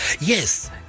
Yes